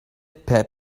pat